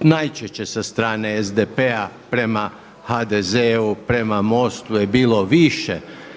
najčešće sa strane SDP-a prema HDZ-u prema MOST-u je bilo više